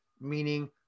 meaning